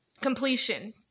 completion